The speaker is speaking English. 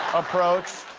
approach.